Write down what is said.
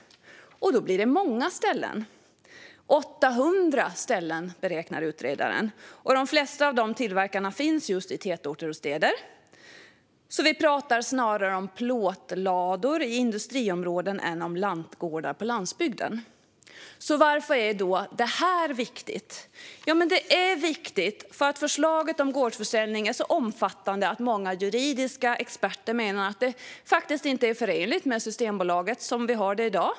Då blir det många ställen - 800 ställen beräknar utredaren att det handlar om, och de flesta av dem finns just i tätorter och städer. Vi pratar alltså snarare om plåtlador i industriområden än om lantgårdar på landsbygden. Varför är då detta viktigt? Det är viktigt, för förslaget om gårdsförsäljning är så omfattande att många juridiska experter menar att det faktiskt inte är förenligt med Systembolaget som vi har det i dag.